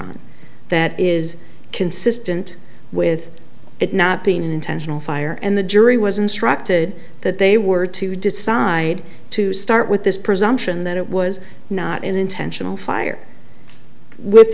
on that is consistent with it not being intentional fire and the jury was instructed that they were to decide to start with this presumption that it was not intentional fire with